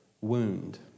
wound